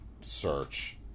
search